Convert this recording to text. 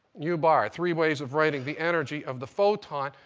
nu bar. three ways of writing the energy of the photon.